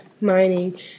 mining